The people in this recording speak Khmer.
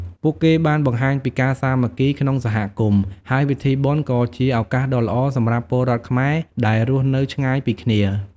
ពួកគេបានបង្ហាញពីការសាមគ្គីក្នុងសហគមន៍ ហើយពិធីបុណ្យក៏ជាឱកាសដ៏ល្អសម្រាប់ពលរដ្ឋខ្មែរដែលរស់នៅឆ្ងាយពីគ្នា។